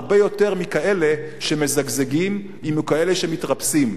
הרבה יותר מכאלה שמזגזגים ומכאלה שמתרפסים.